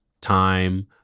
time